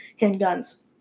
handguns